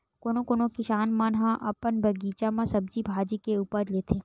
कोनो कोनो किसान मन ह अपन बगीचा म सब्जी भाजी के उपज लेथे